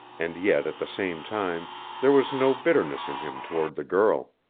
and yet at the same time there was no bitterness in him toward the girl.